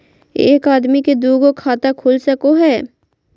एक आदमी के दू गो खाता खुल सको है?